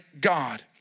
God